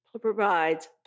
provides